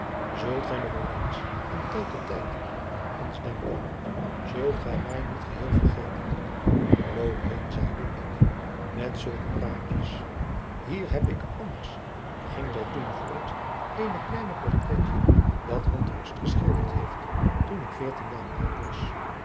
zult gij nog wel eens van tijd tot tijd aan ons denken zult gij mij niet geheel vergeten loop heen zeide ik met zulke praatjes hier heb ik anders ging zij toen voort een klein portraitje dat honthorst geschilderd heeft toen ik veertien jaar oud was